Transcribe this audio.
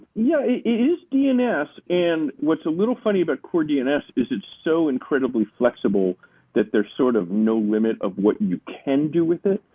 yeah, it is dns, and what's a little funny about core dns is it's so incredibly flexible that there's sort of no limit of what you can do with it.